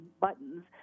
buttons